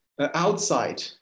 outside